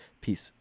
Peace